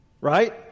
Right